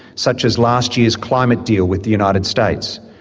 such as last year's climate deal with the united states,